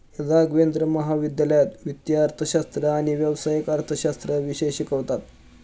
राघवेंद्र महाविद्यालयात वित्तीय अर्थशास्त्र आणि व्यावसायिक अर्थशास्त्र विषय शिकवतात